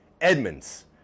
Edmonds